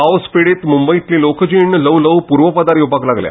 पावस पिडीत मुंबंयतली लोकजीण ल्हवू ल्हवू पूर्वपदार येवपाक लागल्या